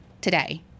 today